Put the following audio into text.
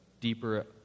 deeper